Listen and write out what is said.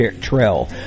trail